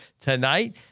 tonight